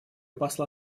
посла